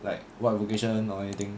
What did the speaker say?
like what vocation or anything